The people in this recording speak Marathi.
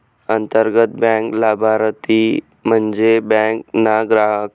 अंतर्गत बँक लाभारती म्हन्जे बँक ना ग्राहक